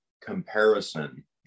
comparison